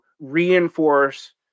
reinforce